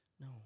No